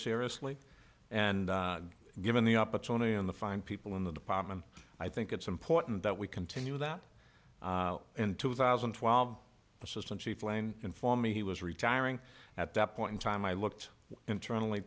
seriously and given the opportunity in the fine people in the department i think it's important that we continue that in two thousand and twelve assistant chief lane informed me he was retiring at that point in time i looked internally